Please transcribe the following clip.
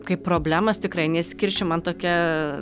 kaip problemos tikrai neskirčiau man tokia